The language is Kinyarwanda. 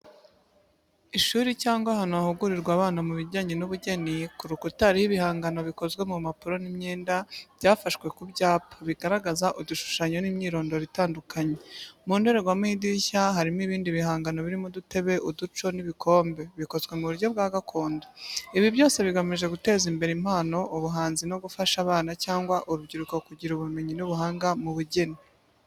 Ishuri cyangwa ahantu hahugurirwa abana mu bijyanye n’ubugeni. Ku rukuta hariho ibihangano bikozwe mu mpapuro n’imyenda byafashwe ku byapa, bigaragaza udushushanyo n’imyirondoro itandukanye. Mu ndorerwamo y’idirishya, harimo ibindi bihangano birimo udutebe, uduco n’ibikombe bikozwe mu buryo bwa gakondo. Ibi byose bigamije guteza imbere impano, ubuhanzi no gufasha abana cyangwa urubyiruko kugira ubumenyi n’ubuhanga mu bugeni.